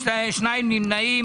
שני נמנעים.